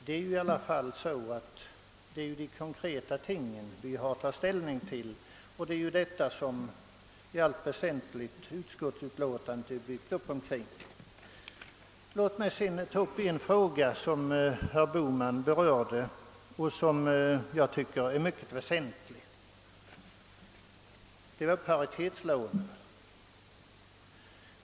Men det är i alla fall de konkreta tingen vi har att ta ställning till, och det är omkring dem utskottsutlåtandet i allt väsentligt är uppbyggt. Låt mig sedan ta upp en fråga, som herr Bohman berörde och som jag finner mycket betydelsefull, nämligen paritetslånen.